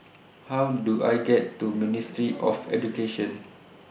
How Do I get to Ministry of Education